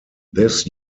this